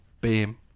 Bam